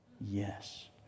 Yes